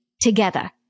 together